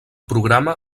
programa